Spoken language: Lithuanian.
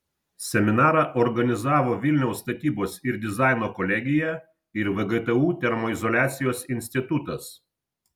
seminarą organizavo vilniaus statybos ir dizaino kolegija ir vgtu termoizoliacijos institutas